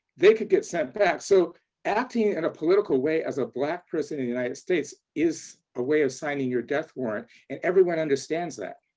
they could get sent back. so acting in and a political way as a black person in the united states is a way of signing your death warrant and everyone understands that.